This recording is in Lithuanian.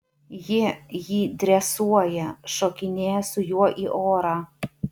ji jį dresuoja šokinėja su juo į orą